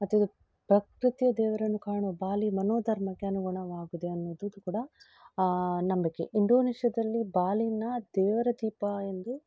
ಮತ್ತು ಅದು ಪ್ರಕೃತಿಯ ದೇವರನ್ನು ಕಾಣುವ ಬಾಲಿ ಮನೋಧರ್ಮಕ್ಕೆ ಅನುಗುಣವಾಗಿದೆ ಅನ್ನುದದು ಕೂಡ ನಂಬಿಕೆ ಇಂಡೋನೇಷ್ಯಾದಲ್ಲಿ ಬಾಲಿನ ದೇವರ ದೀಪ ಎಂದು